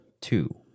two